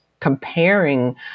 comparing